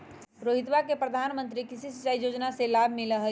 रोहितवा के प्रधानमंत्री कृषि सिंचाई योजना से लाभ मिला हई